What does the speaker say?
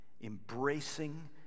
Embracing